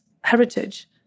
heritage